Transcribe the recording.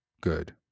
good